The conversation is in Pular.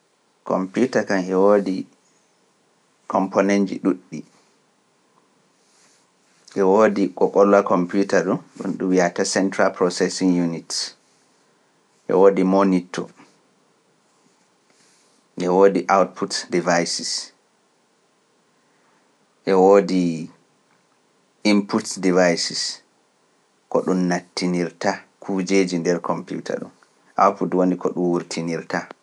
Kompiuta kaan heewoodi komponenji ɗuuɗɗi. Heewoodi ko ɓolla kompiuta ɗum, ɗum wi'ata central processing units. Heewoodi monito. Heewoodi output devices. Heewoodi inputs devices. Ko ɗum nattinirta kujjeji nder kompiuta ɗum, output woni ko ɗum wurtinirta.